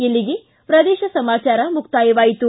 ಇಲ್ಲಿಗೆ ಪ್ರದೇಶ ಸಮಾಚಾರ ಮುಕ್ತಾಯವಾಯಿತು